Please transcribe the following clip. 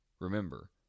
Remember